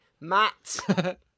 Matt